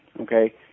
Okay